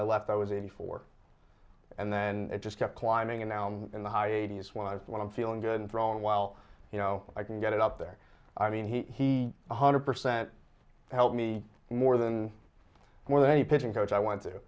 i left i was eighty four and then it just kept climbing and now i'm in the high eighty's was the one i'm feeling good and drawn while you know i can get it up there i mean he one hundred percent helped me more than more than any pitching coach i want to